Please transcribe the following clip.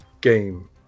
Game